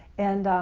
and